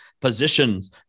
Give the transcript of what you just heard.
positions